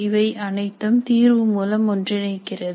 இவை அனைத்தும் தீர்வு மூலம் ஒன்றிணைக்கிறது